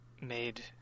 made